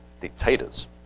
dictators